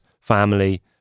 family